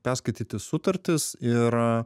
perskaityti sutartis ir